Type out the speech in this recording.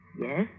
Yes